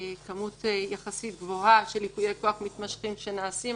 כמות יחסית גבוהה של ייפויי כוח מתמשכים שנעשים.